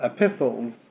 epistles